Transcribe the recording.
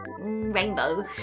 rainbow